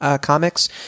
comics